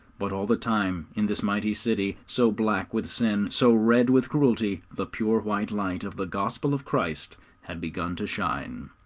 but all the time, in this mighty city, so black with sin, so red with cruelty, the pure white light of the gospel of christ had begun to shine.